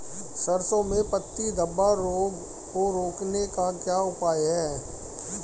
सरसों में पत्ती धब्बा रोग को रोकने का क्या उपाय है?